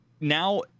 now